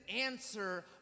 answer